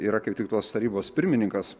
yra kaip tik tos tarybos pirmininkas